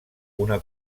una